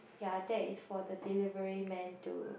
ya that is for the delivery man to